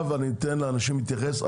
אתן לאנשים להתייחס.